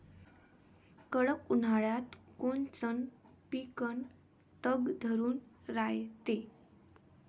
कडक उन्हाळ्यात कोनचं पिकं तग धरून रायते?